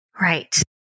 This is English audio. Right